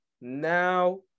Now